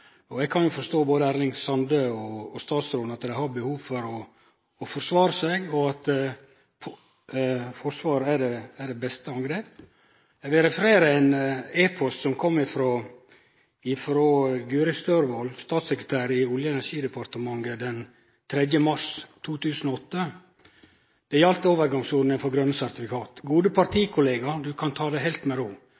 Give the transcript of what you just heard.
og eg kan forstå at både Erling Sande og statsråden har behov for å forsvare seg, og at angrep er det beste forsvar. Eg vil referere ein e-post som kom frå Guri Størvold, statssekretær i Olje- og energidepartementet, den 3. mars 2008. Det gjaldt overgangsordninga for grøne sertifikat: